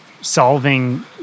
solving